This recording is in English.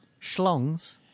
schlongs